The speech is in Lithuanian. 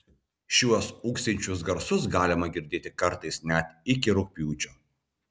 šiuos ūksinčius garsus galima girdėti kartais net iki rugpjūčio